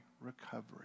recovery